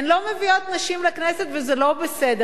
הן לא מביאות נשים לכנסת, וזה לא בסדר.